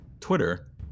Twitter